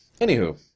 Anywho